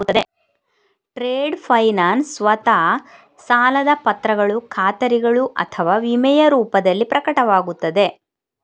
trade finance ಸ್ವತಃ ಸಾಲದ ಪತ್ರಗಳು ಖಾತರಿಗಳು ಅಥವಾ ವಿಮೆಯ ರೂಪದಲ್ಲಿ ಪ್ರಕಟವಾಗುತ್ತದೆ